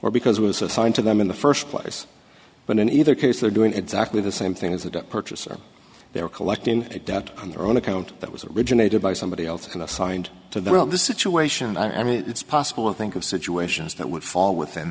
or because it was assigned to them in the first place but in either case they're doing exactly the same thing as a purchaser they are collecting data on their own account that was originated by somebody else and assigned to the real the situation i mean it's possible to think of situations that would fall within